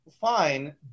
Fine